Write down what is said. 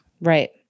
Right